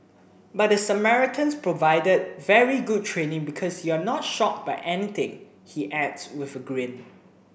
but the Samaritans provided very good training because you're not shocked by anything he adds with a grin